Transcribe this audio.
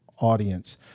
audience